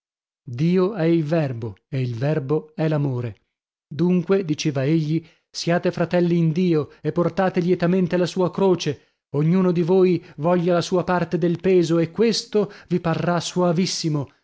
dio è il verbo e il verbo è l'amore dunque diceva egli siate fratelli in dio e portate lietamente la sua croce ognuno di voi voglia la sua parte del peso e questo vi parrà soavissimo